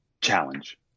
challenge